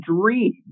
dream